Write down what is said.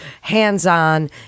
hands-on